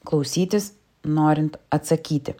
klausytis norint atsakyti